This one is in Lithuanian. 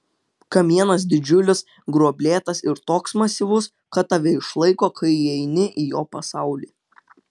kamienas didžiulis gruoblėtas ir toks masyvus kad tave išlaiko kai įeini į jo pasaulį